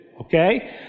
Okay